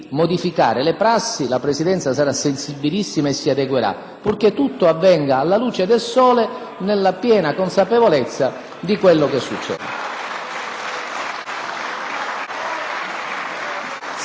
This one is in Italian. purché tutto avvenga alla luce del sole, nella piena consapevolezza di quello che succede.